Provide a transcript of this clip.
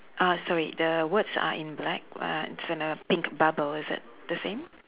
uh sorry the words are in black but it's in a pink bubble is it the same